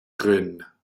drin